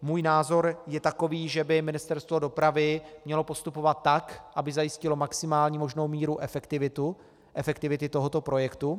Můj názor je takový, že by Ministerstvo dopravy mělo postupovat tak, aby zajistilo maximální možnou míru efektivity tohoto projektu.